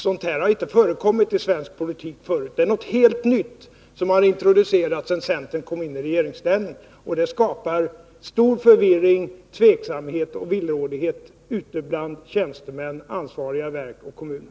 Sådant här har inte förekommit i svensk politik tidigare. Det är något helt nytt som introducerats sedan centern kom i regeringsställning, och det skapar stor förvirring, tveksamhet och villrådighet bland tjänstemän, ansvariga verk och kommuner.